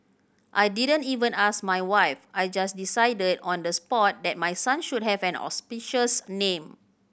I didn't even ask my wife I just decided on the spot that my son should have an auspicious name